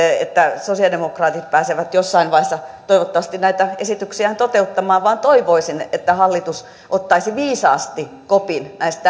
että sosialidemokraatit pääsevät jossain vaiheessa toivottavasti näitä esityksiään toteuttamaan vaan toivoisin että hallitus ottaisi viisaasti kopin